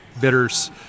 bitters